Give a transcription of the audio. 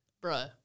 Bro